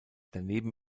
daneben